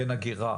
כן אגירה,